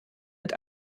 mit